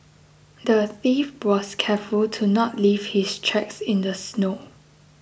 the thief was careful to not leave his tracks in the snow